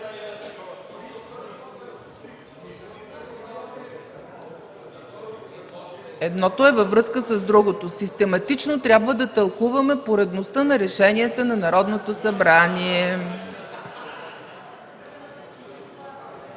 Едното е във връзка с другото. Систематично трябва да тълкуваме поредността на решенията на Народното събрание.